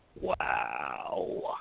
Wow